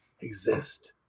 exist